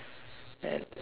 and